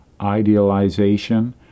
idealization